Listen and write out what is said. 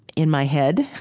in my head,